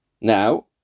Now